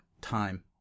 time